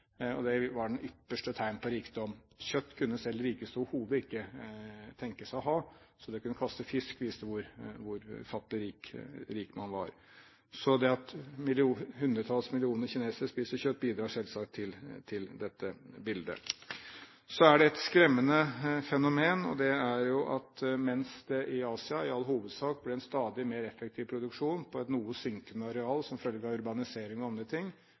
Det var det ypperste tegn på rikdom. Kjøtt kunne selv de rikeste overhodet ikke tenke seg å ha, så det å kunne kaste fisk viste hvor ufattelig rik man var. Så det at hundretalls millioner av kinesere spiser kjøtt, bidrar selvsagt til dette bildet. Så er det et skremmende fenomen, og det er at mens det i Asia i all hovedsak blir en stadig mer effektiv produksjon på et noe synkende areal som følge av urbanisering og andre ting,